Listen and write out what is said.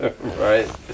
Right